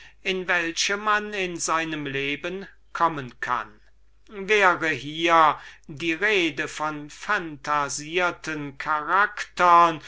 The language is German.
in welche man in seinem leben kommen kann wäre hier die rede von solchen phantasierten charaktern